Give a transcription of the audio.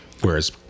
Whereas